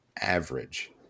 average